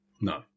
No